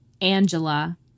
Angela